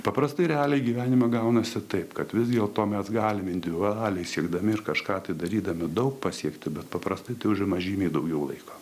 paprastai realiai gyvenime gaunasi taip kad vis dėl to mes galime individualiai siekdami ir kažką tai darydami daug pasiekti bet paprastai užima žymiai daugiau laiko